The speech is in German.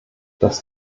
das